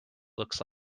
looks